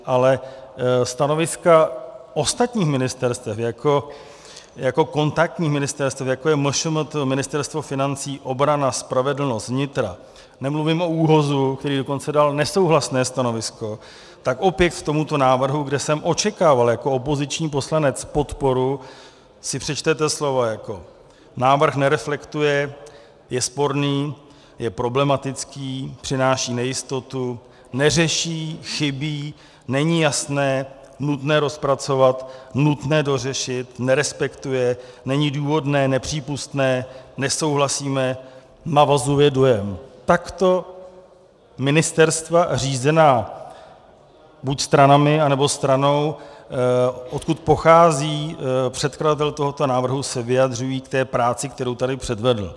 Ale stanoviska ostatních ministerstev jako kontaktních ministerstev, jako je MŠMT, Ministerstvo financí, obrana, spravedlnost, vnitro, nemluvím o ÚOHS, který dokonce dal nesouhlasné stanovisko, tak opět k tomuto návrhu, kde jsem očekával jako opoziční poslanec podporu, si přečtete slova jako návrh nereflektuje, je sporný, je problematický, přináší nejistotu, neřeší, chybí, není jasné, nutné rozpracovat, nutné dořešit, nerespektuje, není důvodné, nepřípustné, nesouhlasíme, navozuje dojem takto ministerstva řízená buď stranami, anebo stranou, odkud pochází předkladatel tohoto návrhu, se vyjadřují k té práci, kterou tady předvedl.